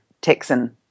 Texan